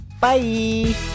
Bye